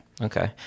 Okay